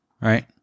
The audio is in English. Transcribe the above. right